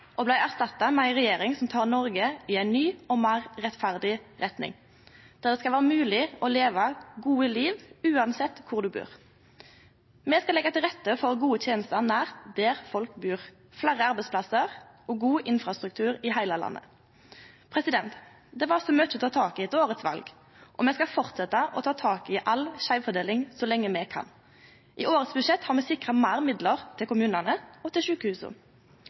og blei erstatta med ei regjering som tek Noreg i ei ny og meir rettferdig retning, der det skal vere mogleg å leve eit godt liv, uansett kvar ein bur. Me skal leggje til rette for gode tenester nær der folk bur, fleire arbeidsplassar og god infrastruktur i heile landet. Det var mykje å ta tak i etter årets val, og me skal fortsetje å ta tak i all skeivfordeling så lenge me kan. I årets budsjett har me sikra meir midlar til kommunane og til sjukehusa.